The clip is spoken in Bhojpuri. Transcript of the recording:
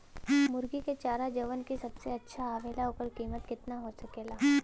मुर्गी के चारा जवन की सबसे अच्छा आवेला ओकर कीमत केतना हो सकेला?